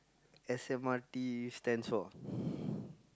S_M_R_T stands for